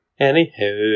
Anywho